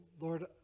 Lord